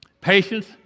Patience